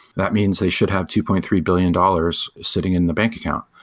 that means they should have two point three billion dollars sitting in the bank account.